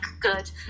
good